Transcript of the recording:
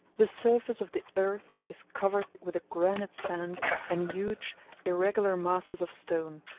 the surface of the earth is covered with a granite sand and huge irregular masses of stone,